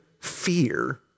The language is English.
fear